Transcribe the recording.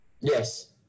Yes